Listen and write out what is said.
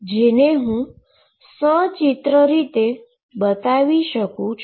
જેને હવે હું સચિત્ર રીતે બતાવી શકું છું